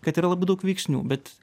kad yra labai daug veiksnių bet